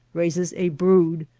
raises a brood,